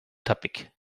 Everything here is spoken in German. tappig